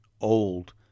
old